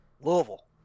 Louisville